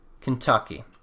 Kentucky